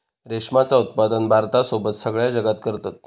रेशमाचा उत्पादन भारतासोबत सगळ्या जगात करतत